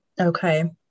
Okay